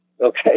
okay